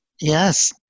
Yes